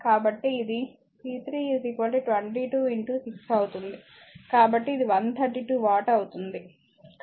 కాబట్టి ఇది p3 22 6 అవుతుంది కాబట్టి ఇది 132 వాట్ అవుతుంది